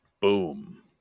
Boom